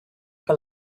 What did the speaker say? que